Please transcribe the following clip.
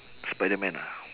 spiderman ah